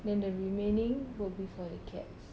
then the remaining will be for the cats